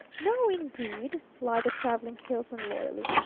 no, indeed! lied the traveling salesman loyally.